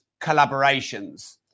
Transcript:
collaborations